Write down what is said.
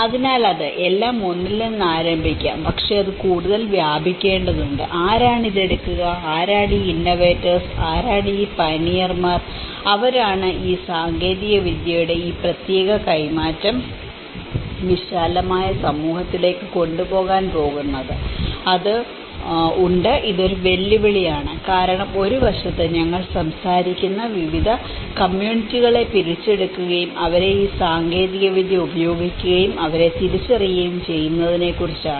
അതിനാൽ അത് എല്ലാം ഒന്നിൽ നിന്ന് ആരംഭിക്കാം പക്ഷേ അത് കൂടുതൽ വ്യാപിക്കേണ്ടതുണ്ട് ആരാണ് ഇത് എടുക്കുക ആരാണ് ഈ ഇന്നോവറ്റോർസ് ആരാണ് ഈ പയനിയർമാർ ആരാണ് ഈ സാങ്കേതികവിദ്യയുടെ ഈ പ്രത്യേക കൈമാറ്റം വിശാലമായ സമൂഹത്തിലേക്ക് കൊണ്ടുപോകാൻ പോകുന്നത് അത് ഉണ്ട് ഇതൊരു വെല്ലുവിളിയാണ് കാരണം ഒരു വശത്ത് ഞങ്ങൾ സംസാരിക്കുന്നത് വിവിധ കമ്മ്യൂണിറ്റികളെ പിടിച്ചെടുക്കുകയും അവരെ ഈ സാങ്കേതികവിദ്യ ഉപയോഗിക്കുകയും അവരെ തിരിച്ചറിയുകയും ചെയ്യുന്നതിനെക്കുറിച്ചാണ്